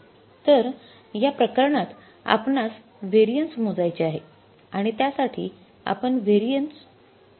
reference slide time is तर या प्रकरणात आपणास व्हेरिएन्स मोजायचे आहे आणि त्या साठी आपण व्हेरिएन्स